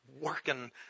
working